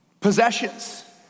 Possessions